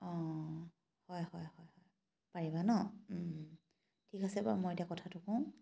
অঁ হয় হয় হয় হয় পাৰিবা ন ঠিক আছে বাৰু এতিয়া মই কথাটো কওঁ